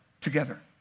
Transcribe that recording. together